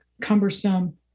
cumbersome